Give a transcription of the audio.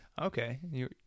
Okay